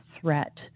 threat